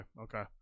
okay